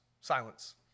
Silence